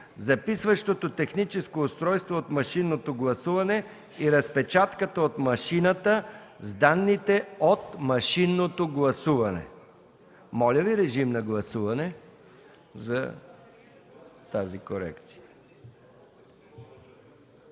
„записващото техническо устройство от машинното гласуване и разпечатката от машината с данните от машинното гласуване”. Моля да гласуваме тази корекция.